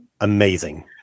amazing